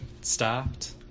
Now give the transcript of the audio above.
stopped